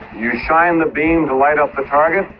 you shine the beam to light up the target,